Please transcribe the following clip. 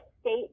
state